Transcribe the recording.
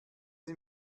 sie